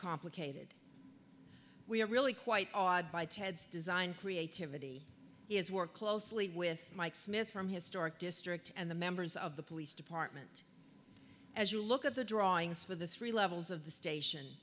complicated we are really quite odd by ted's design creativity is work closely with mike smith from historic district and the members of the police department as you look at the drawings for the three levels of the station